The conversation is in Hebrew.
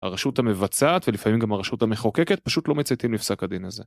הרשות המבצעת ולפעמים גם הרשות המחוקקת פשוט לא מצייתים לפסק הדין הזה.